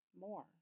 more